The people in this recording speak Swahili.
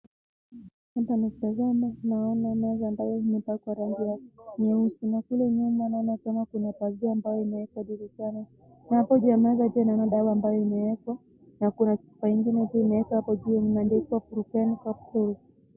Hapa nikitazama naona meza ambayo imepakwa rangi ya nyeusi. Na kule nyuma naona kama kuna pazia ambayo imewekwa dirishani. Na hapo juu ya meza pia naona dawa ambayo imewekwa, na kuna chupa ingine imewekwa hapo juu, imeandikwa Prucan capsules.